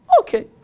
okay